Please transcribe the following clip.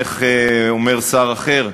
איך אומר שר אחר?